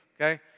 Okay